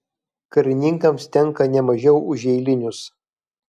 karininkams tenka ne mažiau už eilinius